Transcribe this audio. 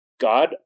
God